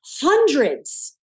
hundreds